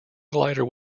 glider